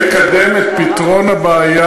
לקדם את פתרון הבעיה,